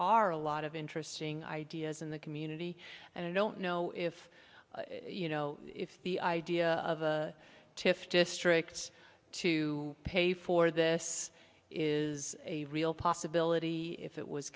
are a lot of interesting ideas in the community and i don't know if you know if the idea of a tiff districts to pay for this is a real possibility if it was